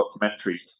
documentaries